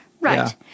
right